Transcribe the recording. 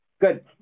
Good